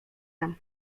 tam